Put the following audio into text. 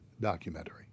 documentary